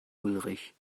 ulrich